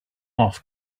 off